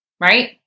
right